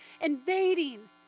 invading